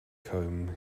comb